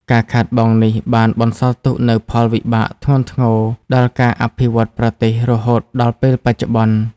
ការខាតបង់នេះបានបន្សល់ទុកនូវផលវិបាកធ្ងន់ធ្ងរដល់ការអភិវឌ្ឍប្រទេសរហូតដល់ពេលបច្ចុប្បន្ន។